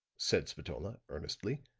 said spatola, earnestly.